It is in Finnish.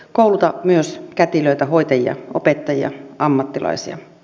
kouluta myös kätilöitä hoitajia opettajia ammattilaisia